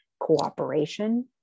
cooperation